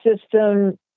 system